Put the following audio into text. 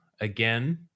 again